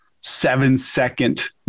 seven-second